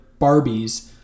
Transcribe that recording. Barbies